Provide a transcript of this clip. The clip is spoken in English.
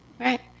Right